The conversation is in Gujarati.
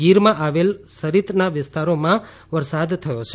ગીરમાં આવેલા સરિતના વિસ્તારોમાં વરસાદ થયો છે